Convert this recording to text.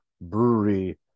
brewery